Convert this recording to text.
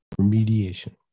remediation